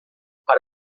para